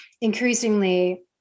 increasingly